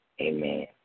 Amen